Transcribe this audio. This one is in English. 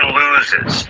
loses